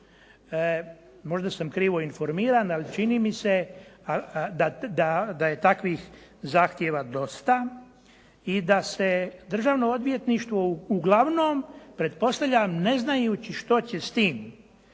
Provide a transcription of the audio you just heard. Možda sam krivo informiran, ali čini mi se da je takvih zahtjeva dosta i da se državno odvjetništvo uglavnom pretpostavljam ne znajući što će s tim,